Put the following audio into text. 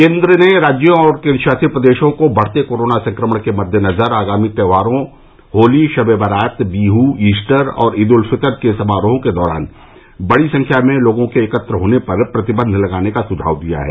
केन्द्र ने राज्यों और केन्द्र शासित प्रदेशों को बढ़ते कोरोना संक्रमण के मददेनजर आगामी त्योहारों होली शब ए बारात बीह इस्टर और ईद उल फितर के समारोहो के दौरान बड़ी संख्या में लोगों के एकत्र होने पर प्रतिबंध लगाने का सुझाव दिया है